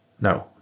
No